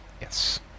Yes